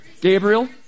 Gabriel